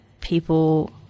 people